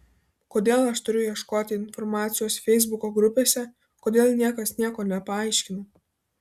kodėl aš turiu ieškoti informacijos feisbuko grupėse kodėl niekas nieko nepaaiškina